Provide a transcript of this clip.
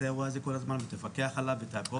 האירוע הזה כל הזמן ותפקח עליו ותעקוב אחריו.